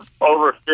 over